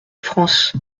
france